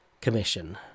commission